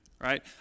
right